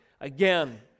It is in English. again